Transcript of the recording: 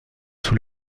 sous